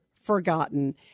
forgotten